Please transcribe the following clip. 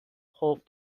خوف